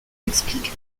explique